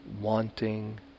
wanting